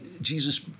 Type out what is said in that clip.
Jesus